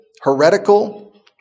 heretical